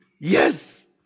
Yes